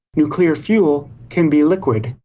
nuclear fuel can be liquid.